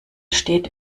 steht